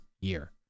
year